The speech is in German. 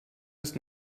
ist